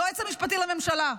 היועץ משפטי לממשלה,